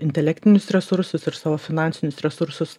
intelektinius resursus ir savo finansinius resursus